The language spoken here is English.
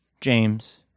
James